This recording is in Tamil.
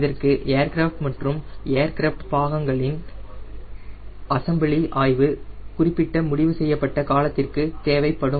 இதற்கு ஏர்கிராஃப்ட் மற்றும் ஏர்கிராஃப்ட் பாகங்களின் இன் அசெம்பிளி ஆய்வு குறிப்பிட்ட முடிவு செய்யப்பட்ட காலத்திற்கு தேவைப்படும்